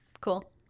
Cool